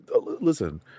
listen